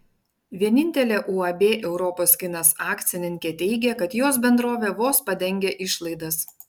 vienintelė uab europos kinas akcininkė teigia kad jos bendrovė vos padengia išlaidas